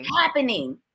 happening